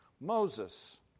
Moses